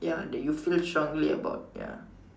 ya that you feel strongly about ya